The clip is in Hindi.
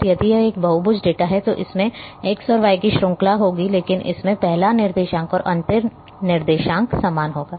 और यदि यह एक बहुभुज डेटा है तो इसमें भी x और y की श्रृंखला होगी लेकिन इसमें पहला निर्देशांक और अंतिम निर्देशांक समान होगा